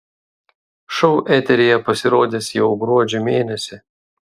šou eteryje pasirodys jau gruodžio mėnesį